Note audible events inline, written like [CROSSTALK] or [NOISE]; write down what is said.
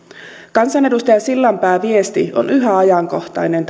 kansanedustaja sillanpään viesti on ajankohtainen [UNINTELLIGIBLE]